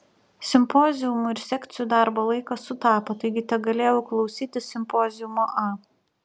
simpoziumų ir sekcijų darbo laikas sutapo taigi tegalėjau klausytis simpoziumo a